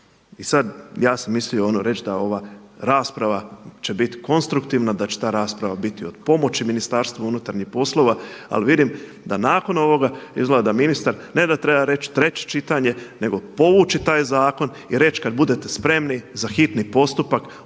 I sad, ja sam mislio ono reći da ova rasprava će bit konstruktivna, da će ta rasprava biti od pomoći Ministarstvu unutarnjih poslova ali vidim da nakon ovoga izgleda da ministar ne da treba reći treće čitanje nego povući taj zakon i reći kad budete spremni za hitni postupak